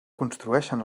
construeixen